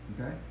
Okay